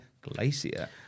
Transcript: Glacier